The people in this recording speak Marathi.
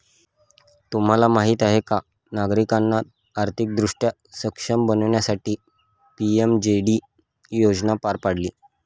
तुम्हाला माहीत आहे का नागरिकांना आर्थिकदृष्ट्या सक्षम बनवण्यासाठी पी.एम.जे.डी योजना पार पाडली